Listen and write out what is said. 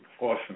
Awesome